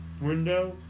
window